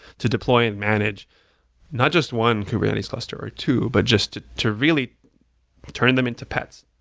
to deploy and manage not just one kubernetes cluster or two, but just to to really turn them into pets